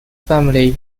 family